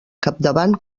capdavant